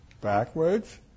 backwards